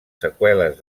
seqüeles